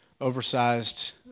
oversized